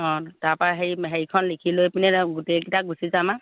অঁ তাৰপৰা হেৰি হেৰিখন লিখি লৈ পিনে গোটেইকেইটা গুচি যাম আৰু